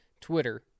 twitter